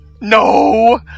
No